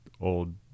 old